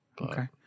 Okay